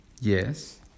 yes